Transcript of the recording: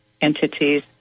entities